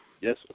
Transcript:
Yes